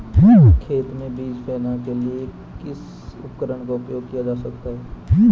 खेत में बीज फैलाने के लिए किस उपकरण का उपयोग किया जा सकता है?